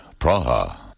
Praha